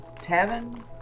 tavern